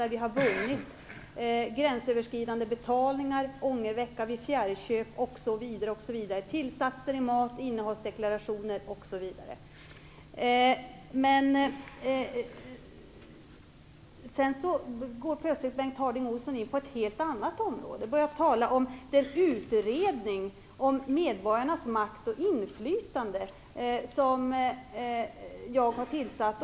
Det gäller också gränsöverskridande betalningar, ångervecka vid fjärrköp, tillsatser i mat, innehållsdeklaration osv. Bengt Harding Olson går plötsligt in på ett helt annat område och börjar tala om den utredning om medborgarnas makt och inflytande som jag har tillsatt.